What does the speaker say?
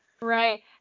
right